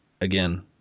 Again